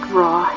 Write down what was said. raw